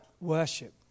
worship